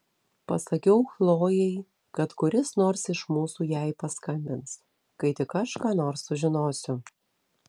pasakiau chlojei kad kuris nors iš mūsų jai paskambins kai tik aš ką nors sužinosiu